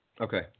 Okay